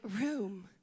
room